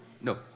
No